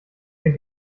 der